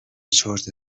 چرت